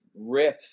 riffs